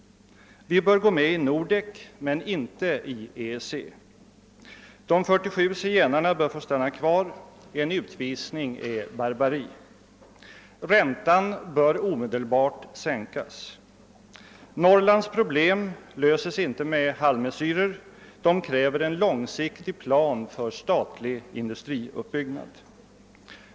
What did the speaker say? Vi bör gå med i Nordek men inte i EEC. De 47 zigenarna bör få stanna kvar, en utvisning är barbari. Räntan bör omedelbart sänkas. Norrlands problem löses inte med halvmesyrer, de kräver en långsiktig plan för statlig industriuppbyggnad.